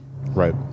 Right